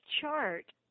chart